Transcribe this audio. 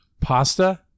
pasta